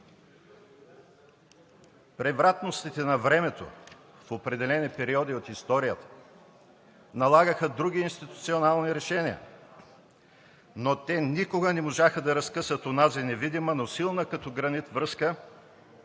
Превратностите на времето в определени периоди от историята, налагаха други институционални решения, но те никога не можаха да разкъсат онази невидима, но силна, като гранит връзка